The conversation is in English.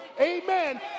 amen